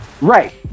Right